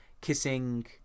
kissing